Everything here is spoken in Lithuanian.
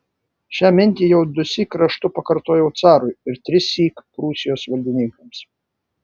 šią mintį jau dusyk raštu pakartojau carui ir trissyk prūsijos valdininkams